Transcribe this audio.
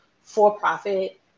for-profit